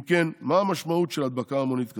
אם כן, מה המשמעות של הדבקה המונית כזאת?